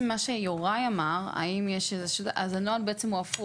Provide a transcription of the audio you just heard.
לגבי מה שיוראי אמר הנוהל בעצם הוא הפוך,